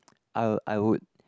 I I would